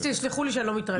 תסלחו לי שאני לא מתרגשת.